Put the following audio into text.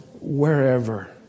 wherever